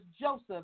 Joseph